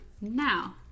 Now